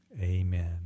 Amen